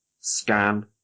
scan